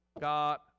got